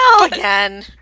Again